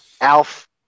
Alf